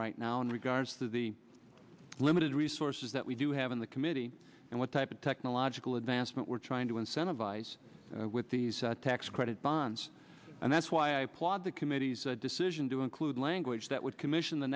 right now in regards to the limited resources that we do have in the committee and what type of technological advancement we're trying to incentivize with these tax credit bonds and that's why i applaud the committee's decision to include language that would commission the